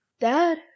Dad